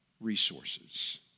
resources